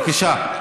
בבקשה.